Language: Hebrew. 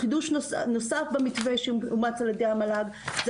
חידוש נוסף במתווה שאומץ על ידי המל"ג זה